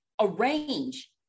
arrange